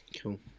Cool